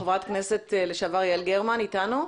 ח"כ לשעבר יעל גרמן איתנו.